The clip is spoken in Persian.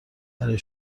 برای